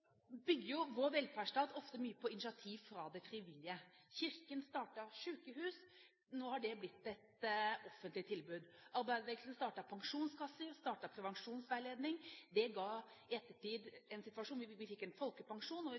bygger vår velferdsstat ofte mye på initiativ fra det frivillige. Kirken startet sykehus, og nå har det blitt et offentlig tilbud. Arbeiderbevegelsen startet pensjonskasser og startet prevensjonsveiledning, og det ga i ettertid en situasjon hvor vi fikk en folkepensjon, og vi